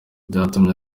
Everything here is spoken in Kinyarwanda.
byatumye